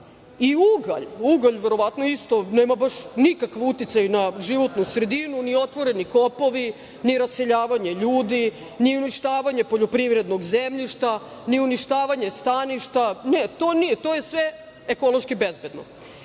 i ugalj. Ugalj verovatno isto nema baš nikakav uticaj na životnu sredinu, ni otvoreni kopovi, ni raseljavanje ljudi, ni uništavanje poljoprivrednog zemljišta, ni uništavanje staništa. Ne, to nije, to je sve ekološki bezbedno. Rude